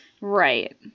Right